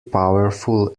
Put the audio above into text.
powerful